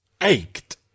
ached